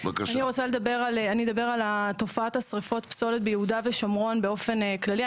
אני אדבר על תופעת שריפות פסולת ביהודה ושומרון באופן כללי.